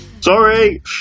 Sorry